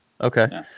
Okay